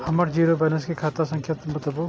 हमर zero balance के खाता संख्या बतबु?